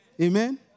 Amen